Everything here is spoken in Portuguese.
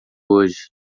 hoje